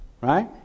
right